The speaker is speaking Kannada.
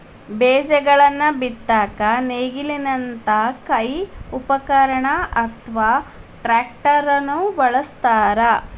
ಬೇಜಗಳನ್ನ ಬಿತ್ತಾಕ ನೇಗಿಲದಂತ ಕೈ ಉಪಕರಣ ಅತ್ವಾ ಟ್ರ್ಯಾಕ್ಟರ್ ನು ಬಳಸ್ತಾರ